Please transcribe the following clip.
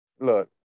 Look